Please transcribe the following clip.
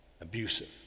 abusive